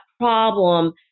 problem